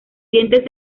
dientes